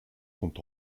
sont